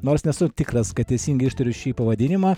nors nesu tikras kad tesingai ištariu šį pavadinimą